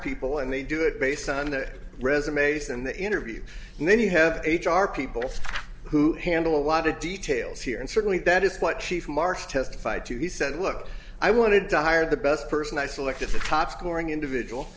people and they do it based on the resumes and the interview and then you have h r people who handle a lot of details here and certainly that is what chief mark testified to he said look i wanted to hire the best person i selected the top scoring individual